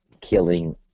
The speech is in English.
killing